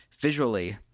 visually